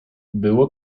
było